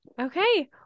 Okay